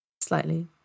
Slightly